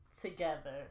Together